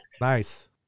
Nice